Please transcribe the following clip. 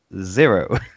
zero